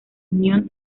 unión